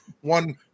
one